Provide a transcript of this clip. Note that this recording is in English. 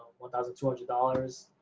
one thousand two hundred dollars.